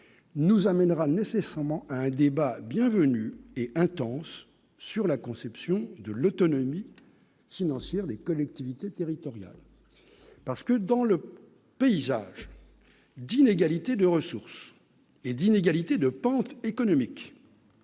nous amènera nécessairement à un débat bienvenue et intense sur la conception de l'autonomie nancier des collectivités territoriales, parce que dans le paysage d'inégalités de ressources et d'inégalités de pente économique.